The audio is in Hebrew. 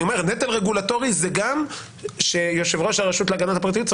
אני אומר נטל רגולטורי זה גם שיושב ראש הרשות להגנת הפרטיות,